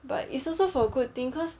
but it's also for a good thing cause